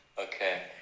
Okay